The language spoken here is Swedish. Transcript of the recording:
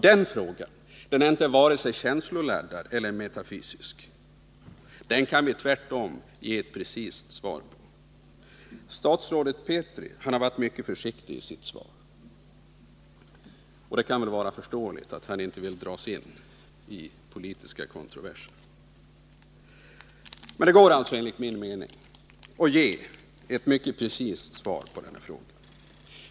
Den frågan är inte vare sig känsloladdad eller metafysisk — den kan vi tvärtom ge ett precist svar på. Statsrådet Petri har varit mycket försiktig i sitt svar, och det kan vara förståeligt att han inte vill dras in i politiska kontroverser. Men det går alltså enligt min mening att ge ett mycket precist svar på den här frågan.